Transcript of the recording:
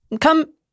come